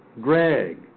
Greg